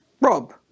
rob